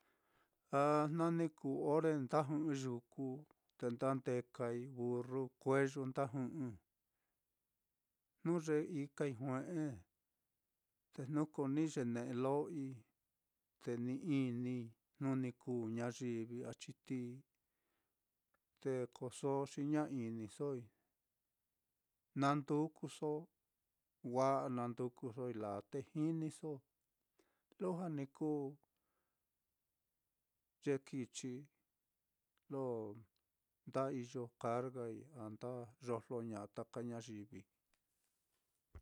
A jna ni kuu ore nda jɨꞌɨi yuku, te nda ndekai burru, kueyu nda jɨꞌɨ, jnu ye ikai jue'e, te jnu ko ni yene'e lo'oi, te ni inii jnu ni kuu ñayivi a chitií, te ko so xi ña inisoi, na ndukuso wa'a na ndukusoi laa te jiniso, lujua ni kuu ye kichi lo nda iyo cargai, a nda yojlo ña'a taka ñayivi.